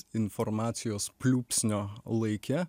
informacijos pliūpsnio laike